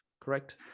correct